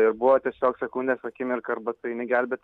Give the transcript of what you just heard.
ir buvo tiesiog sekundės akimirka arba tu eini gelbėt arba ne